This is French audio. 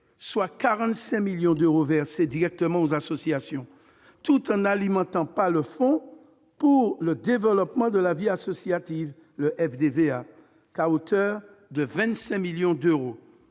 soit 45 millions d'euros versés directement aux associations, tout en n'alimentant le Fonds pour le développement de la vie associative, le FDVA, qu'à hauteur de 25 millions d'euros.